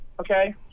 Okay